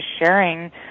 sharing